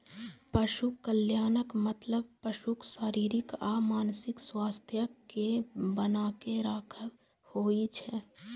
पशु कल्याणक मतलब पशुक शारीरिक आ मानसिक स्वास्थ्यक कें बनाके राखब होइ छै